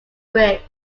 bridge